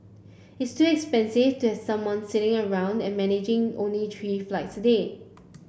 it's too expensive to have someone sitting around and managing only three flights a day